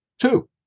Two